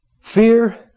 Fear